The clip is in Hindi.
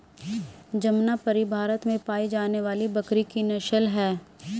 जमनापरी भारत में पाई जाने वाली बकरी की नस्ल है